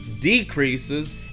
decreases